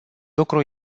lucru